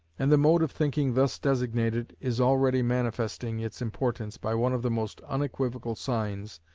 and the mode of thinking thus designated is already manifesting its importance by one of the most unequivocal signs,